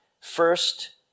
First